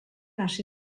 hasi